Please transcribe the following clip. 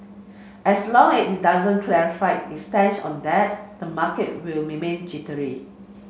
as long as it doesn't clarify its stance on that the market will remain jittery